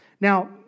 Now